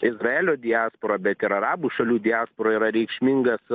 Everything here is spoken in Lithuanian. izraelio diasporą bet ir arabų šalių diaspora yra reikšmingas